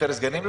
יותר סגנים,